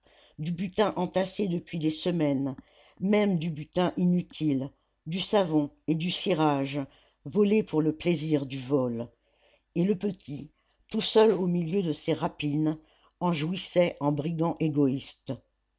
du butin entassé depuis des semaines même du butin inutile du savon et du cirage volés pour le plaisir du vol et le petit tout seul au milieu de ces rapines en jouissait en brigand égoïste